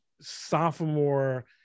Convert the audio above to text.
sophomore